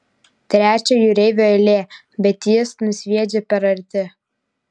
trečio jūreivio eilė bet jis nusviedžia per arti